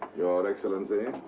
your excellency.